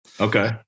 Okay